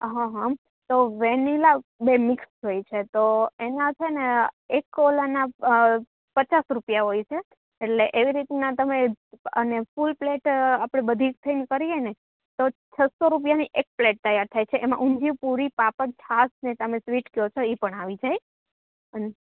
હં હં તો વેનીલા બે મિક્સ હોય છે તો એના છેને એકપેલાના પચાસ રૂપિયા હોય છે એટલે એવી રીતના તમે અને ફૂલ પ્લેટ આપણે બધી થઈને કરીએને તો છસો રૂપિયાની એક પ્લેટ તૈયાર થાય છે એમાં ઊંધિયું પુરી પાપડ છાશ ને તમે સ્વીટ કહો છો એ પણ આવી જાય અને